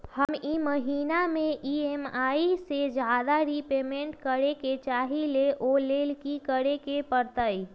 हम ई महिना में ई.एम.आई से ज्यादा रीपेमेंट करे के चाहईले ओ लेल की करे के परतई?